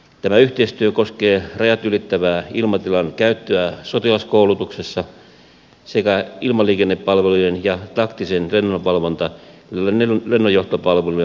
tämä yhteistyö koskee rajat ylittävää ilmatilan käyttöä sotilaskoulutuksessa sekä ilmaliikennepalvelujen ja taktisten lennonvalvonta ja lennonjohtopalvelujen tarjoamista